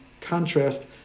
contrast